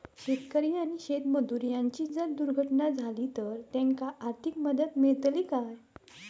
शेतकरी आणि शेतमजूर यांची जर दुर्घटना झाली तर त्यांका आर्थिक मदत मिळतली काय?